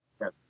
yes